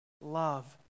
love